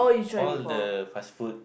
all the fast food